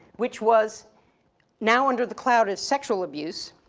which was now under the cloud of sexual abuse,